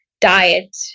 diet